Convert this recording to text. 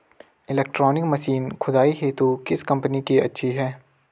Electronic machine खुदाई हेतु किस कंपनी की अच्छी है?